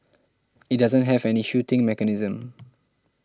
it doesn't have any shooting mechanism